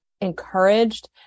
encouraged